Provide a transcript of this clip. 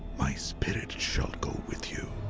my spirit shall go with you.